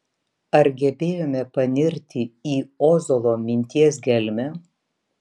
ar gebėjome panirti į ozolo minties gelmę